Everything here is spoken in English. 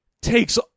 takes